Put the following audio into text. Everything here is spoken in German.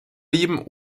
lieben